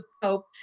pope,